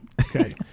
Okay